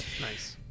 nice